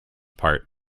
part